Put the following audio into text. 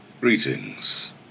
Greetings